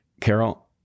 Carol